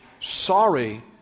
sorry